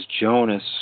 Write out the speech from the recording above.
Jonas